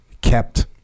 kept